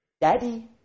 Daddy